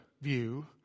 view